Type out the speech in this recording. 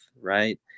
right